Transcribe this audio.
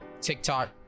TikTok